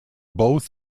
both